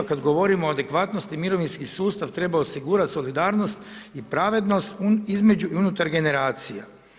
A kada govorimo o adekvatnosti mirovinski sustav treba osigurati solidarnost i pravednost između i unutar generacija.